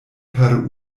per